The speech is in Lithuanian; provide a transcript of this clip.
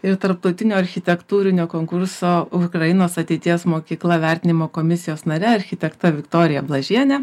ir tarptautinio architektūrinio konkurso ukrainos ateities mokykla vertinimo komisijos nare architekte viktorija blažiene